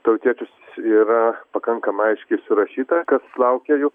tautiečius yra pakankamai aiškiai surašyta kas laukia jų